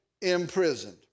imprisoned